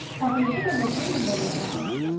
have we hit on the vein then at last?